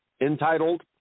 entitled